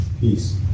Peace